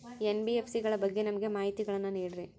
NBFC ಗಳ ಬಗ್ಗೆ ನಮಗೆ ಮಾಹಿತಿಗಳನ್ನ ನೀಡ್ರಿ?